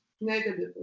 Negatively